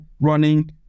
running